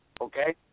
okay